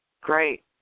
Great